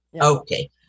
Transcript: Okay